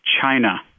China